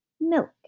Milk